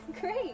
Great